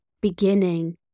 beginning